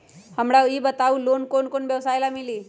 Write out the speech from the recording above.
हमरा ई बताऊ लोन कौन कौन व्यवसाय ला मिली?